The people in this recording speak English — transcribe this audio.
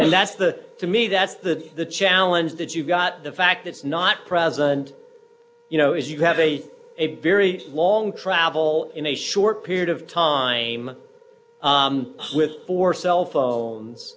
and that's the to me that's the the challenge that you've got the fact that's not present you know as you have a very long travel d d in a short period of time with four cell phones